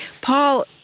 Paul